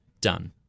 done